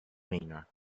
manor